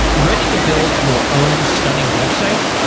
ready to build your own stunning website?